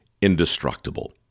indestructible